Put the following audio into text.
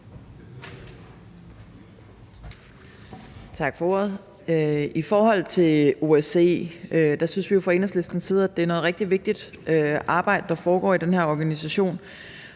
Tak for ordet. I forhold til OSCE synes vi fra Enhedslistens side, at det er noget rigtig vigtigt arbejde, der foregår i den her organisation.